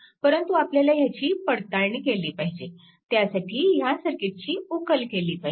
परंतु आपल्याला ह्याची पडताळणी केली पाहिजे त्यासाठी ह्या सर्किटची उकल केली पाहिजे